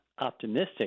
optimistic